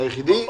אתה היחיד.